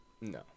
No